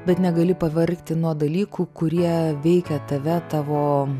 bet negali pavargti nuo dalykų kurie veikia tave tavo